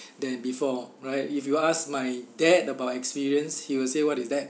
than before right if you ask my dad about experience he will say what is that